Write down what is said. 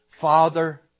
Father